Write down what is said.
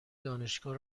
دانشگاه